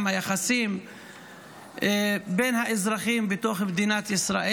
היחסים בין האזרחים בתוך מדינת ישראל.